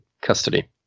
custody